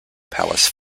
palace